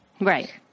Right